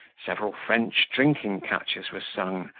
several french drinking catches were sung,